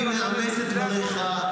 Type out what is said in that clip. אני מאמץ את דבריך.